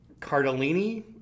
Cardellini